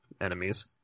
enemies